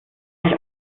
ich